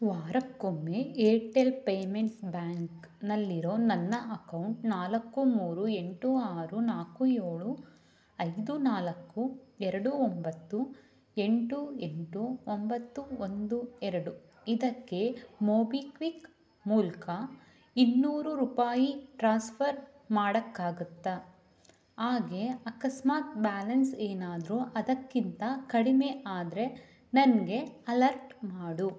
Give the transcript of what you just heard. ವಾರಕ್ಕೊಮ್ಮೆ ಏರ್ಟೆಲ್ ಪೇಮೆಂಟ್ಸ್ ಬ್ಯಾಂಕ್ನಲ್ಲಿರೋ ನನ್ನ ಅಕೌಂಟ್ ನಾಲ್ಕು ಮೂರು ಎಂಟು ಆರು ನಾಲ್ಕು ಏಳು ಐದು ನಾಲ್ಕು ಎರಡು ಒಂಬತ್ತು ಎಂಟು ಎಂಟು ಒಂಬತ್ತು ಒಂದು ಎರಡು ಇದಕ್ಕೆ ಮೋಬಿಕ್ವಿಕ್ ಮೂಲಕ ಇನ್ನೂರು ರೂಪಾಯಿ ಟ್ರಾನ್ಸ್ಫರ್ ಮಾಡಕ್ಕಾಗುತ್ತಾ ಹಾಗೆ ಅಕಸ್ಮಾತ್ ಬ್ಯಾಲೆನ್ಸ್ ಏನಾದರೂ ಅದಕ್ಕಿಂತ ಕಡಿಮೆ ಆದರೆ ನನಗೆ ಅಲರ್ಟ್ ಮಾಡು